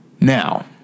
Now